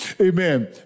Amen